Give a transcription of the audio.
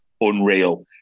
unreal